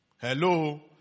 Hello